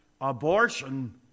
abortion